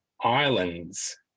islands